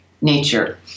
nature